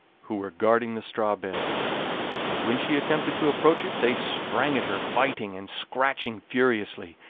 who were guarding the straw bed and when she attempted to approach it they sprang at her, biting and scratching furiously.